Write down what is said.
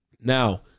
Now